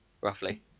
roughly